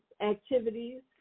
activities